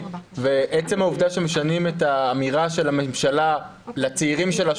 עצם העובדה שמשנים את האמירה של הממשלה לצעירים שלה,